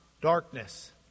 darkness